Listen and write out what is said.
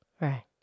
Right